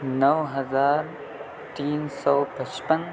نو ہزار تین سو پچپن